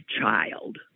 child